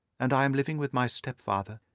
and i am living with my stepfather,